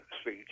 speech